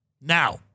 Now